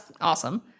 awesome